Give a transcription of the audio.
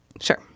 Sure